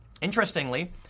Interestingly